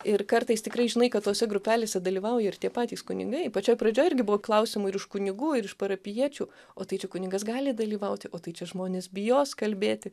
ir kartais tikrai žinai kad tose grupelėse dalyvauja ir tie patys kunigai pačioj pradžioj irgi buvo klausimų ir iš kunigų ir iš parapijiečių o tai čia kunigas gali dalyvauti o tai čia žmonės bijos kalbėti